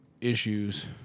issues